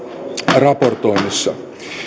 raportoinnissa